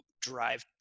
drive